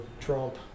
Trump